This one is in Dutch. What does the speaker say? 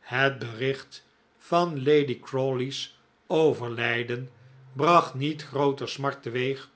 het bericht van lady crawley's overlijden bracht niet grooter smart teweeg